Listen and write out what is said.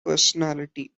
personality